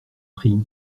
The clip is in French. prie